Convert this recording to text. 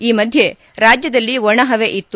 ಈ ಮಧ್ಯೆ ರಾಜ್ಯದಲ್ಲಿ ಒಣಹವೆ ಇತ್ತು